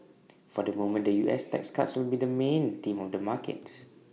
for the moment the U S tax cuts will be the main theme of the markets